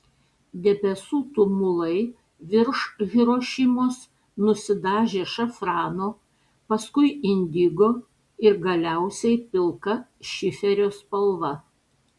debesų tumulai virš hirošimos nusidažė šafrano paskui indigo ir galiausiai pilka šiferio spalva